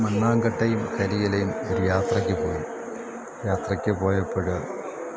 മണ്ണാങ്കട്ടയും കരിയിലയും ഒരു യാത്രയ്ക്ക് പോയി യാത്രയ്ക്ക് പോയപ്പോള്